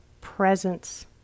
presence